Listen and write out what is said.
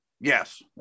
Yes